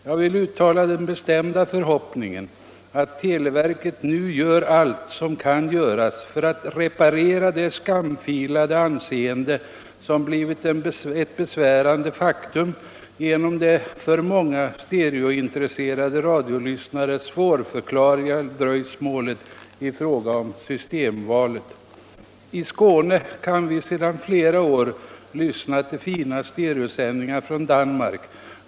Jag vill uttala den bestämda förhoppningen att televerket nu gör allt som kan göras för att reparera det skamfilade anseende som blivit ett besvärande faktum genom det för många stereointresserade radiolyssnare svårförklarliga dröjsmålet i fråga om systemvalet. I Skåne kan vi sedan flera år lyssna till fina stereosändningar från Danmark.